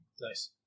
Nice